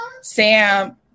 sam